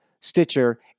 Stitcher